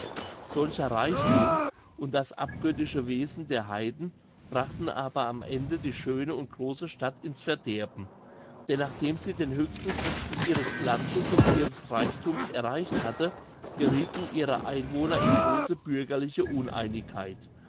solcher reichthum und das abgöttische wesen der heiden brachten aber am ende die schöne und große stadt ins verderben denn nachdem sie den höchsten gipfel ihres glanzes und ihres reichthums erreicht hatte geriethen ihre einwohner in große bürgerliche uneinigkeit